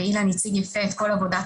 ואילן הציג יפה את כל עבודת